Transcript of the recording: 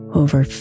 over